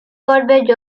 goldberg